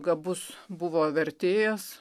gabus buvo vertėjas